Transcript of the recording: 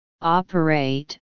operate